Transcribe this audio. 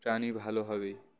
প্রাণী ভালো হবে